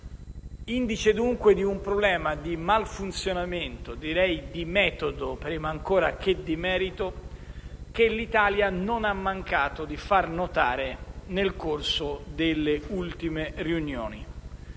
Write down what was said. Indice, dunque, di un problema di malfunzionamento di metodo, prima ancora che di merito, che l'Italia non ha mancato di far notare nel corso delle ultime riunioni,